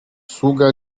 sługa